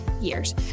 years